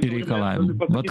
reikalavimų vat